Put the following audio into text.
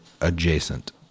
adjacent